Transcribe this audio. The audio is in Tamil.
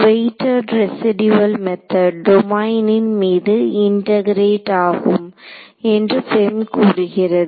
வெயிட்டட் ரெசிடியுவள் மெத்தெட் டொமைனின் மீது இன்டெகிரெட் ஆகும் என்று FEM கூறுகிறது